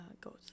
goes